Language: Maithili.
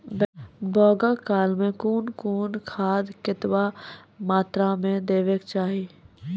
बौगक काल मे कून कून खाद केतबा मात्राम देबाक चाही?